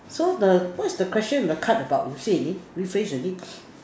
so the what's the question the card about you say again rephrase again